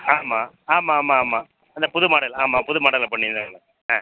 ஆமாம் ஆமாம் ஆமாம் ஆமாம் அந்த புது மாடல் ஆமாம் புது மாடலில் பண்ணியிருக்காங்க ஆ